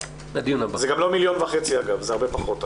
זה גם לא 1.5 מיליון אגב, זה הרבה פחות.